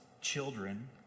children